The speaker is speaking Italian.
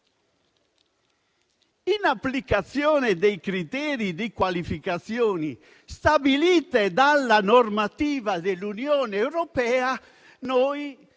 in applicazione dei criteri di qualificazione stabiliti dalla normativa dell'Unione europea, che